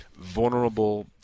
vulnerable